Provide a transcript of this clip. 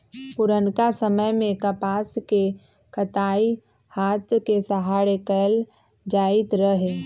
पुरनका समय में कपास के कताई हात के सहारे कएल जाइत रहै